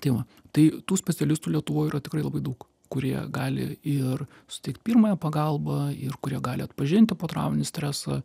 tai va tai tų specialistų lietuvoj yra tikrai labai daug kurie gali ir suteikt pirmąją pagalbą ir kurie gali atpažinti potrauminį stresą